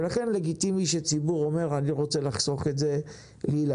לכן לגיטימי שציבור אומר שהוא רוצה לחסוך את זה מילדיו.